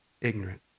ignorant